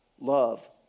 Love